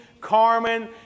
Carmen